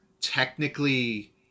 technically